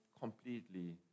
completely